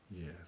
Yes